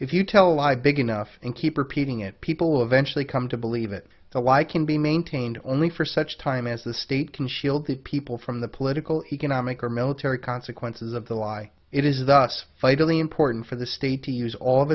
if you tell a lie big enough and keep repeating it people will eventually come to believe it is a lie can be maintained only for such time as the state can shield these people from the political economic or military consequences of the lie it is thus vitally important for the state to use all